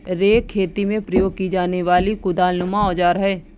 rake खेती में प्रयोग की जाने वाली कुदालनुमा औजार है